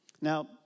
Now